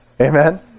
Amen